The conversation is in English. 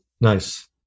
Nice